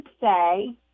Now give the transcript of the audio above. say